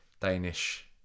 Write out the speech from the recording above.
Danish